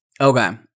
okay